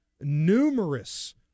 numerous